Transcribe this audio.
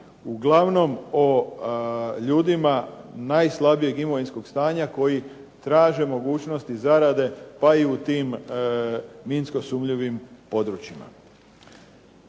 radi o ljudima najslabijeg imovinskog stanja koji traže mogućnosti zarade pa i u tim minsko sumnjivim područjima.